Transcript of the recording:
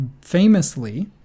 famously